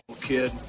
kid